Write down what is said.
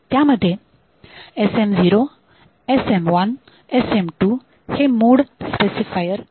त्यामध्ये SM0 SM1 SM2 हे mode specifier आहेत